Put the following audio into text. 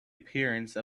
appearance